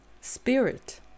Spirit